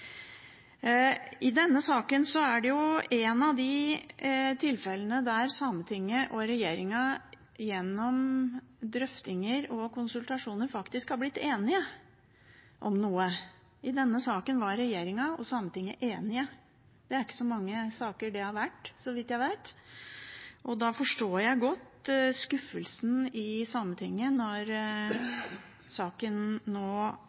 Denne saken er et av de tilfellene der Sametinget og regjeringen gjennom drøftinger og konsultasjoner faktisk har blitt enige om noe; i denne saken var regjeringen og Sametinget enige. Det har ikke skjedd i så mange saker, så vidt jeg vet. Og da forstår jeg godt skuffelsen i Sametinget når saken nå